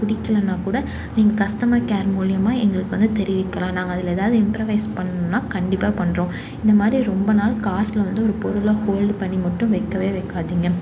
பிடிக்கலனா கூட நீங்கள் கஸ்டமர் கேர் மூலிமா எங்களுக்கு வந்து தெரிவிக்கலாம் நாங்கள் அதில் ஏதாவது இம்பரவைஸ் பண்ணணும்னால் கண்டிப்பாக பண்ணுறோம் இந்தமாதிரி ரொம்ப நாள் கார்ட்டில் வந்து ஒரு பொருளை ஹோல்டு பண்ணி மட்டும் வைக்கவே வைக்காதிங்க